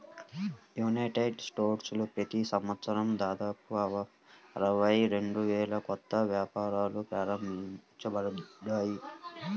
United స్టేట్స్లో ప్రతి సంవత్సరం దాదాపు అరవై రెండు వేల కొత్త వ్యాపారాలు ప్రారంభమవుతాయి